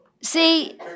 See